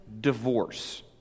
divorce